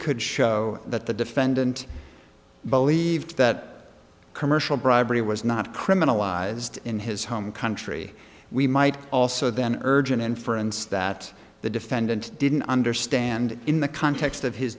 could show that the defendant believed that commercial bribery was not criminalized in his home country we might also then urge an inference that the defendant didn't understand in the context of his